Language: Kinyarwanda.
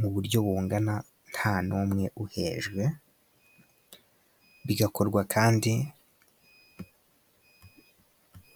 mu buryo bungana nta n'umwe uhejwe. Bigakorwa kandi.....